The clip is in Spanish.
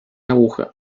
aguja